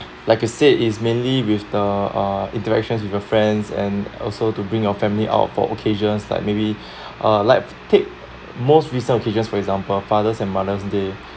like I said is mainly with the uh interactions with your friends and also to bring your family out for occasions like maybe uh like I pick most recent occasions for example fathers' and mothers' day